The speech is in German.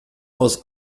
aus